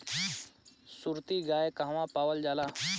सुरती गाय कहवा पावल जाला?